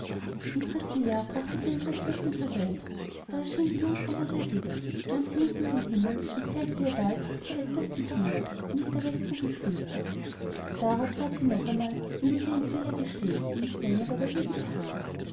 im dritten jahr brachte sie eine prinzessin zur welt da erschien die jungfrau maria wieder nahm sie mit in den himmel und zeigte ihr da ihre zwei ältesten kinder die mit der weltkugel spielten darauf bat sie noch einmal sie mögte ihren fehler gestehen und nicht länger bei der lüge beharren